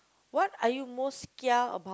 what are you most kia about